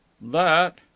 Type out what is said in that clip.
That